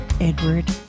Edward